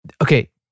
Okay